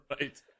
Right